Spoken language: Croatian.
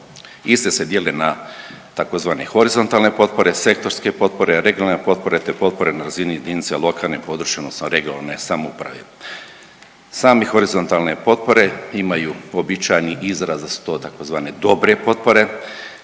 iste se dijele na tzv. horizontalne potpore, sektorske potpore, regionalne potpore te potpore na razini jedince lokalne i područne odnosno regionalne samouprave. Same horizontalne potpore imaju uobičajeni izraz da su to tzv. dobre potpore,